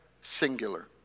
singular